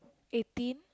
eighteen